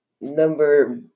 number